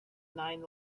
nine